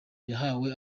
yahawe